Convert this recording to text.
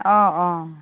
অঁ অঁ